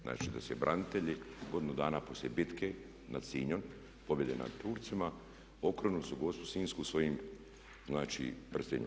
Znači da su je branitelji godinu dana poslije bitke nad Sinjom, pobjede nad Turcima okrunili su Gospu Sinjsku svojim, znači prstenjem.